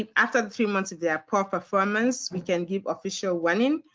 and after three months, if they have poor performance, we can give official warning.